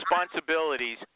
responsibilities